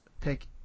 pick